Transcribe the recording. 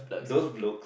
those blocks